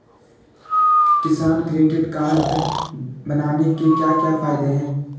किसान credit card बनाने के क्या क्या फायदे हैं?